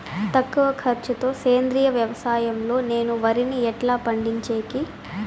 తక్కువ ఖర్చు తో సేంద్రియ వ్యవసాయం లో నేను వరిని ఎట్లా పండించేకి?